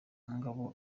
ngabo